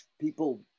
people